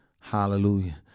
Hallelujah